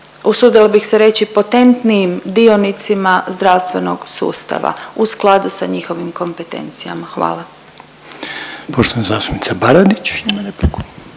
usudila bih se reći potentnijim dionicima zdravstvenog sustava u skladu sa njihovim kompetencijama. Hvala.